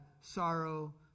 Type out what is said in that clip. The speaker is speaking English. sorrow